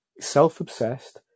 self-obsessed